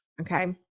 Okay